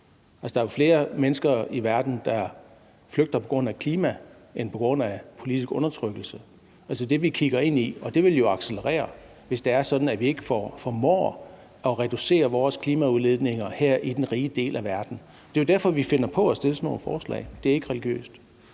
der er jo flere mennesker i verden, der flygter på grund af klima, end som flygter på grund af politisk undertrykkelse. Det er det, vi kigger ind i, og det vil jo accelerere, hvis det er sådan, at vi ikke formår at reducere vores CO2-udledning her i den rige del af verden. Det er jo derfor, at vi har fundet på at fremsætte sådan et forslag – det er ikke religiøst.